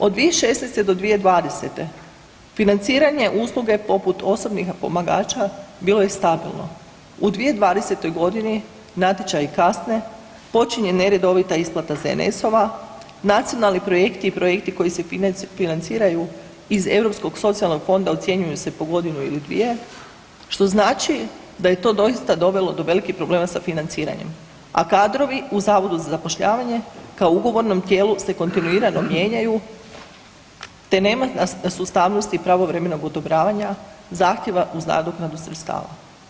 Od 2016. do 2020. financiranje usluge poput osobnih pomagača bilo je stabilno, u 2020.-toj godini natječaji kasne počinje neredovita isplata ZNS-ova, nacionalni projekti i projekti koji se financiraju iz Europskog socijalnog fonda ocjenjuju se po godinu ili dvije što znači da je to doista dovelo do velikih problema sa financiranjem, a kadrovi u zavodu za zapošljavanje kao ugovornom tijelu se kontinuirano mijenjaju te nema sustavnosti i pravovremenog odobravanja zahtjeva uz nadoknadu sredstava.